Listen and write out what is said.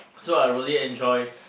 so I really enjoy